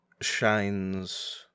shines